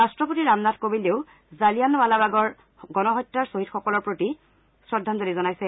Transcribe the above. ৰাট্টপতি ৰামনাথ কোবিন্দেও জালিয়ানৱালাবাগৰ গণহত্যাৰ শ্বহীদসকলৰ প্ৰতি শ্ৰদ্ধাঞ্জলি জনাইছে